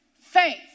Faith